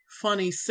funny